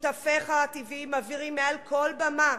שותפיך הטבעיים מבהירים מעל כל בימה,